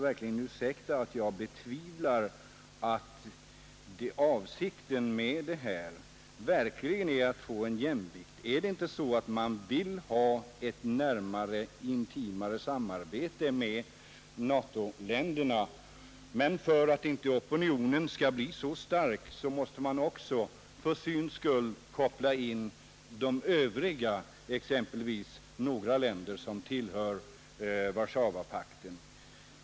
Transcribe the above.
verkligen ursäkta att jag betvivlar att avsikten är att få en sådan jämvikt. Är det inte så att man vill ha ett närmare, ett intimare samarbete med NATO-länderna, men för att opinionen inte skall bli så stark måste man också för syns skull koppla in exempelvis några länder som tillhör Warszawapakten?